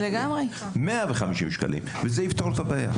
- 150 שקלים, וזה יפתור את הבעיה.